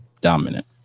dominant